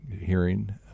hearing